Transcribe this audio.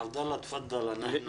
עבדאללה, בבקשה.